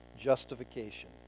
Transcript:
justification